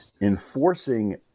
enforcing